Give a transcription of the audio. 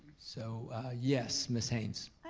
so yes, miss haynes?